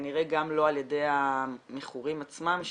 כנראה גם לא על ידי המכורים עצמם.